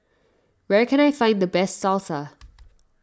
where can I find the best Salsa